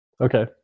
Okay